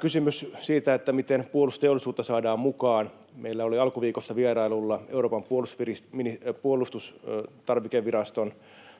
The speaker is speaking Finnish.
Kysymykseen siitä, miten puolustusteollisuutta saadaan mukaan. Meillä oli alkuviikosta vierailulla Euroopan puolustustarvikeviraston